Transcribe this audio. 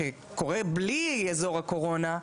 שקורה בלי אזור הקורונה,